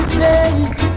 take